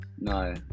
No